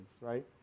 right